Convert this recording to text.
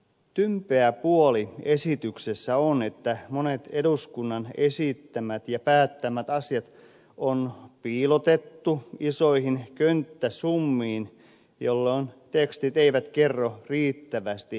tympeä puoli esityksessä on että monet eduskunnan esittämät ja päättämät asiat on piilotettu isoihin könttäsummiin jolloin tekstit eivät kerro riittävästi sisällöstä